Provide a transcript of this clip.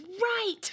right